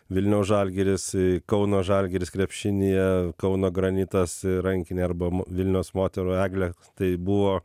vilniaus žalgiris kauno žalgiris krepšinyje kauno granitas rankiny arba vilniaus moterų eglė tai buvo